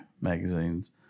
magazines